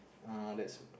uh that's